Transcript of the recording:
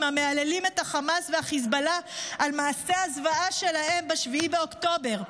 המהללים את חמאס וחיזבאללה על מעשי הזוועה שלהם ב-7 באוקטובר.